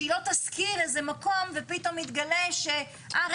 שהיא לא תשכיר איזה מקום ופתאום יתגלה ש-אה,